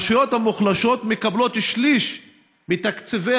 הרשויות המוחלשות מקבלות שליש מתקציבי